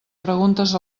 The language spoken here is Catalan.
preguntes